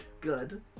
Good